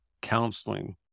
counseling